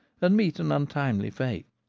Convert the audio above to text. and meet an untimely fate.